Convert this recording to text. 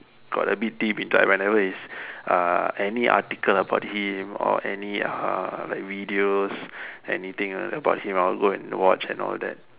got a bit whenever is uh any article about him or any uh videos anything about him I will go and watch and all that